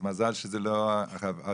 מזל שזו לא הוועדה